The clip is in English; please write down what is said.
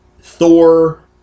Thor